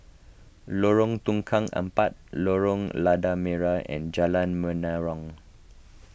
Lorong Tukang Empat Lorong Lada Merah and Jalan Menarong